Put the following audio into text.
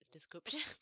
Description